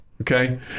okay